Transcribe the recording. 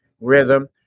rhythm